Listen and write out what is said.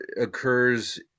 occurs